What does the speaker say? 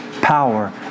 power